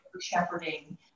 shepherding